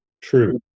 true